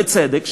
בצדק,